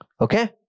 Okay